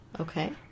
okay